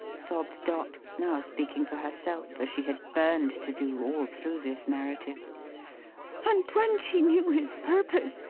sobbed dot, now speaking for herself, as she had burned to do, all through this narrative and when she knew his purpose,